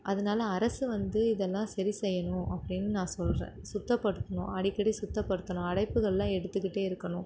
அதனால அரசு வந்து இதெல்லாம் சரி செய்யணும் அப்படின்னு நான் சொல்கிறேன் சுத்தப்படுத்தணும் அடிக்கடி சுத்தப்படுத்துனால் அடைப்புகள்லாம் எடுத்துக்கிட்டு இருக்கணும்